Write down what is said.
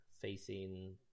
facing